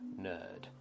Nerd